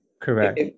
Correct